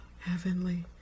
heavenly